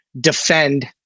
defend